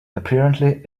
apparently